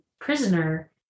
prisoner